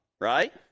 right